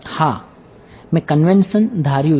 હા મેં કન્વેન્શન ધાર્યું છે